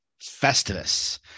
Festivus